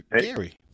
Gary